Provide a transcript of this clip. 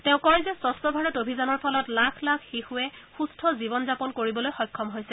তেওঁ কয় যে স্বছ্ ভাৰত অভিযান ফলত লাখ লাখ শিশু সুস্থ জীৱন যাপন কৰিবলৈ সক্ষম হৈছে